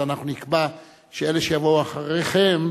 אז אנחנו נקבע שאלה שיבואו אחריכם